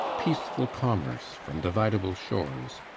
peaceful commerce from dividable shores,